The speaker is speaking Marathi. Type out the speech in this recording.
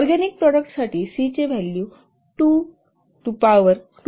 ऑरगॅनिक प्रॉडक्टसाठी c चे व्हॅल्यू 2 टू पॉवर 2